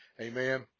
Amen